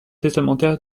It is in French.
testamentaire